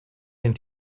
den